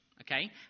Okay